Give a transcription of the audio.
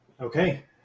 Okay